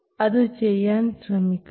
അത് ചെയ്യാൻ ശ്രമിക്കുക